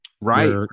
Right